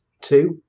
Two